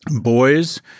boys